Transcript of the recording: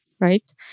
Right